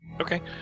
Okay